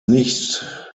nicht